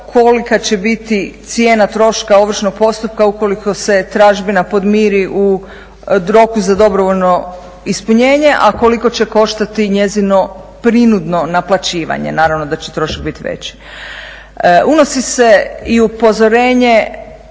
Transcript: kolika će biti cijena troška ovršnog postupka ukoliko se tražbina podmiri u roku za dobrovoljno ispunjenje, a koliko će koštati njezino prinudno naplaćivanje. Naravno da će trošak biti veći. Unosi se i upozorenje